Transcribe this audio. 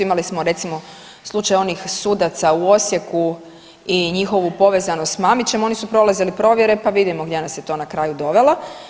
Imali smo recimo slučaj onih sudaca u Osijeku i njihovu povezanost s Mamićem, oni su prolazili provjere pa vidimo gdje nas je to na kraju dovelo.